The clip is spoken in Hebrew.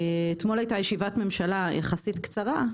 אתמול הייתה ישיבת ממשלה יחסית קצרה,